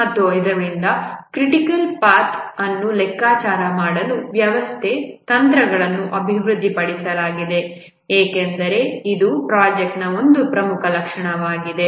ಮತ್ತು ಆದ್ದರಿಂದ ಕ್ರಿಟಿಕಲ್ ಪಾಥ್ಅನ್ನು ಲೆಕ್ಕಾಚಾರ ಮಾಡಲು ವ್ಯವಸ್ಥಿತ ತಂತ್ರಗಳನ್ನು ಅಭಿವೃದ್ಧಿಪಡಿಸಲಾಗಿದೆ ಏಕೆಂದರೆ ಇದು ಪ್ರಾಜೆಕ್ಟ್ನ ಒಂದು ಪ್ರಮುಖ ಲಕ್ಷಣವಾಗಿದೆ